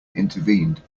intervened